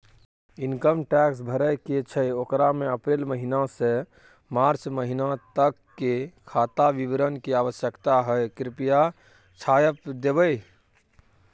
Income tax भरय के छै ओकरा में अप्रैल महिना से मार्च महिना तक के खाता विवरण के आवश्यकता हय कृप्या छाय्प देबै?